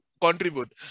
contribute